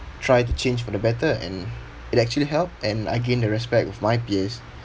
try to change for the better and it actually help and I gained the respect with my peers